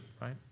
right